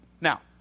Now